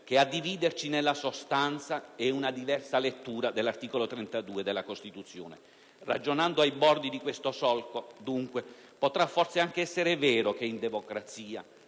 che a dividerci nella sostanza è una diversa lettura dell'articolo 32 della Costituzione. Ragionando ai bordi di questo solco, dunque, potrà forse anche essere vero che in democrazia